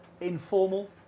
informal